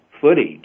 footage